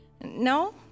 No